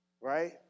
right